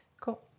Cool